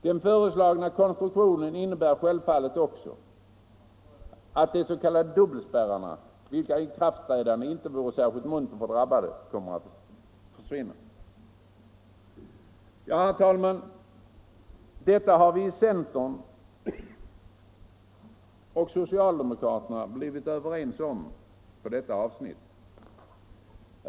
Den föreslagna konstruktionen innebär självfallet också att de s.k. dubbelspärrarna, vilkas ikraftträdande inte skulle uppfattas särskilt muntert av de drabbade, kommer att försvinna. Herr talman! Detta har vi centerpartister och socialdemokrater blivit överens om inom det här avsnittet.